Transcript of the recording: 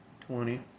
twenty